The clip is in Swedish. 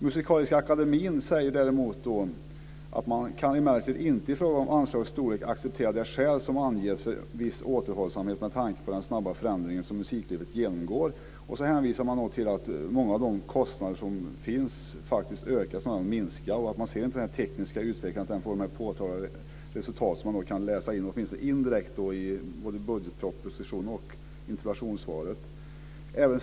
Musikaliska akademien säger däremot att man emellertid inte i fråga om anslagets storlek accepterar det skäl som anges för viss återhållsamhet, med tanke på den snabba förändring som musiklivet genomgår. Man hänvisar till att många av de kostnader som finns faktiskt ökar snarare än minskar. Den tekniska utvecklingen får inte de påtagliga resultat som man kan läsa in åtminstone indirekt i både budgetpropositionen och interpellationssvaret.